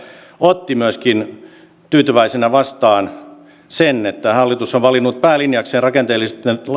otti myöskin tyytyväisenä vastaan sen että hallitus on valinnut päälinjakseen rakenteellisten